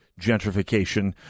gentrification